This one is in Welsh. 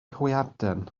hwyaden